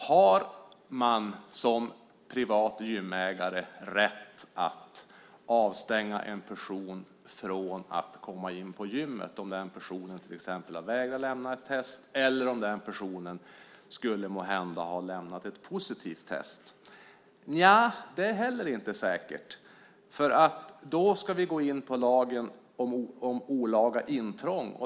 Har man som privat gymägare rätt att avstänga en person från att komma in på gymmet om den personen till exempel har vägrat lämna ett test eller om den personen måhända skulle ha lämnat ett positivt test? Det är inte heller säkert. Då ska vi gå in på lagen om olaga intrång.